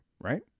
right